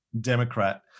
Democrat